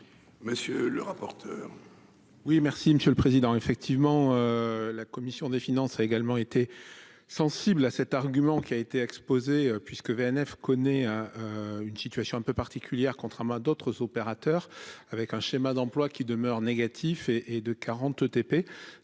Monsieur le rapporteur